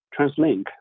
TransLink